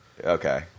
Okay